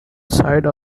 side